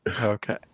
Okay